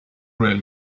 rail